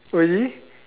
really